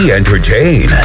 entertain